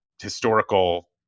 historical